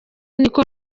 niko